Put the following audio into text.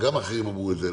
וגם אחרים אמרו את זה.